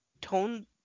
tone